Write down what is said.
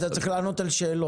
אתה צריך לענות על שאלות.